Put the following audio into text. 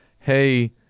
Hey